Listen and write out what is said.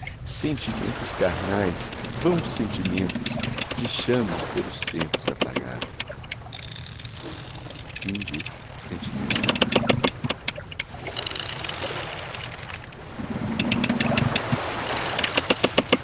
sentimentos carnais vãos sentimentos de chama pelos tempos apagada mais claro